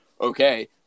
okay